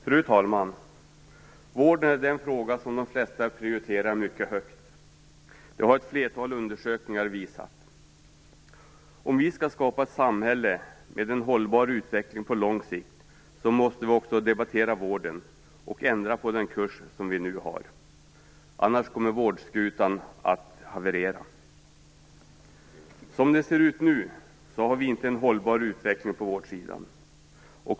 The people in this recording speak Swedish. Fru talman! Vården är den fråga som de flesta prioriterar mycket högt. Det har ett flertal undersökningar visat. Om vi skall skapa ett samhälle med en hållbar utveckling på lång sikt måste vi också debattera vården och ändra på den kurs som vi nu har, annars kommer vårdskutan att haverera. Som det ser ut nu har vi inte en hållbar utveckling på vårdsidan.